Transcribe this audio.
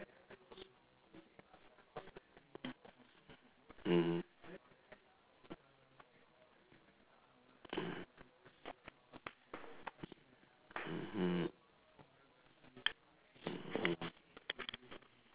mm mm mmhmm